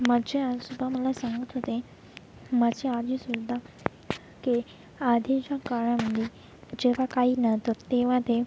माझे आजोबा मला सांगत होते माझ्या आधीसुद्धा के आधीच्या काळामध्ये जेव्हा काही नव्हतं तेव्हा ते